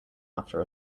after